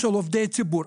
של עובדי ציבור.